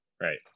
Right